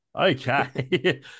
Okay